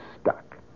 stuck